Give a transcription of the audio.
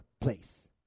place